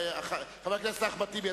חבר הכנסת אחמד טיבי,